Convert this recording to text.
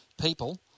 people